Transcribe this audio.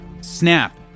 snap